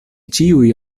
ĉiuj